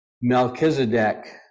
Melchizedek